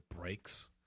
breaks